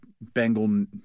Bengal